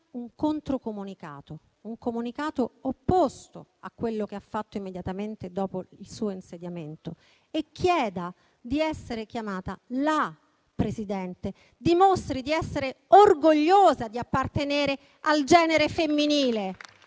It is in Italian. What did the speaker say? un controcomunicato, un comunicato opposto a quello che ha fatto immediatamente dopo il suo insediamento e chieda di essere chiamata "la Presidente". Dimostri di essere orgogliosa di appartenere al genere femminile